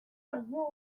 baino